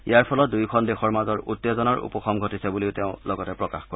ইয়াৰ ফলত দুয়োখন দেশৰ মাজৰ উত্তেজনাৰ উপশম ঘটিছে বুলিও তেওঁ লগতে প্ৰকাশ কৰে